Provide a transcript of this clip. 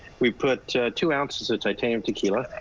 we put two ounces of titanium tequila.